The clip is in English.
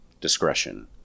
discretion